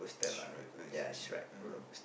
she right I see